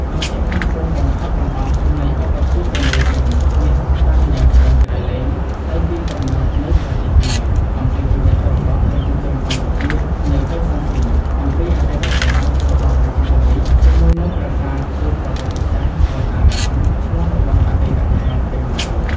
នៅភាគខាងត្បូងបំផុតបង្អស់នៃឧបទ្វីបឥណ្ឌូចិន មានភស្តុតាងយ៉ាងច្រើនក្រៃ លែង ស្តីពីកំណើតនៃប្រទេសខ្មែរ អំពីជីវិតរបស់ប្រជាជនកម្ពុជានៅកូសាំងស៊ីនអំពី អតីតកាលរបស់ប្រជាជននេះ ជាមួយនឹងប្រាសាទជាប្រវត្តិសាស្ត្រ វត្តអារ៉ាម ឈ្មោះរបស់អតីតខេត្តទាំងឡាយ។